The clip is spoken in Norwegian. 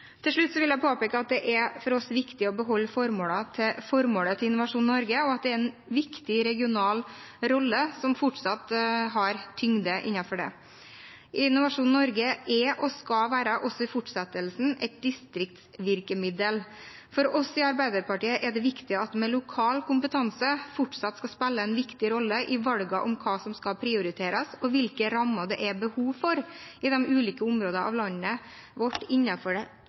Til slutt vil jeg påpeke at det for oss er viktig å beholde formålet med Innovasjon Norge, og at det er en viktig regional rolle som fortsatt har tyngde innenfor det. Innovasjon Norge er og skal i fortsettelsen også være et distriktsvirkemiddel. For oss i Arbeiderpartiet er det viktig at en med lokal kompetanse fortsatt skal spille en viktig rolle i valgene av hva som skal prioriteres, hvilke rammer det er behov for i de ulike områdene av landet vårt